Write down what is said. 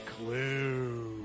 clue